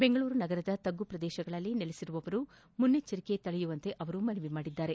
ಬೆಂಗಳೂರು ನಗರದ ತಗ್ಗು ಪ್ರದೇಶಗಳಲ್ಲಿ ನೆಲೆಸಿರುವವರು ಮುನೈಚ್ನರಿಕೆ ತಳೆಯುವಂತೆ ಅವರು ಮನವಿ ಮಾಡಿದ್ದಾರೆ